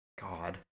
God